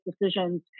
decisions